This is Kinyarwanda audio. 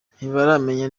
ntibaramenya